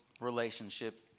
relationship